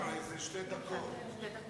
התייעלות משק המים והצעה לחיסכון במשק המים.